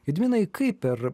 gediminai kaip per